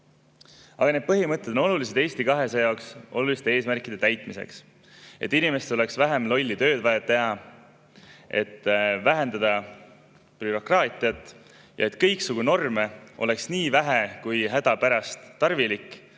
Aga need põhimõtted on olulised Eesti 200 jaoks oluliste eesmärkide täitmiseks, et inimestel oleks vähem lolli tööd vaja teha, et vähendada bürokraatiat, et kõiksugu norme oleks nii vähe kui hädapärast tarvilik